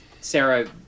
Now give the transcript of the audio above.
sarah